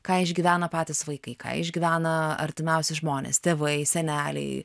ką išgyvena patys vaikai ką išgyvena artimiausi žmonės tėvai seneliai